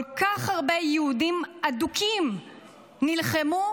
כל כך הרבה יהודים אדוקים נלחמו,